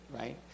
right